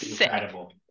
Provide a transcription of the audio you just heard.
Incredible